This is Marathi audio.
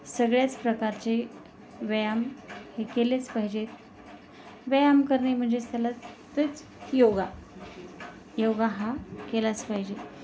सगळ्याच प्रकारचे व्यायाम हे केलेच पाहिजेत व्यायाम करणे म्हणजेच त्याला तेच योगा योगा हा केलाच पाहिजे